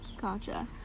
Gotcha